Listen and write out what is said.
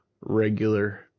regular